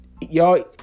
Y'all